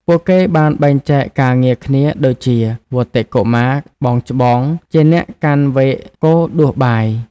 ពួកគេបានបែងចែកការងារគ្នាដូចជា វត្តិ កុមារ (បងច្បង) ជាអ្នកកាន់វែកកូរដួសបាយ។